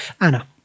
Anna